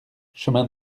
chemin